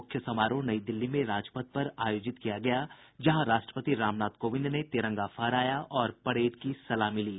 मुख्य समारोह नई दिल्ली में राजपथ पर आयोजित किया गया जहां राष्ट्रपति रामनाथ कोविंद ने तिरंगा फहराया और परेड की सलामी ली